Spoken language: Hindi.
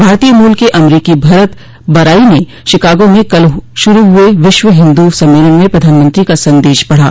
भारतीय मूल के अमरीकी भरत बराई ने शिकागो में कल शुरु हुए विश्व हिन्दू सम्मेलन में प्रधानमंत्री का संदेश पढ़ा